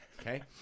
okay